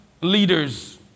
leaders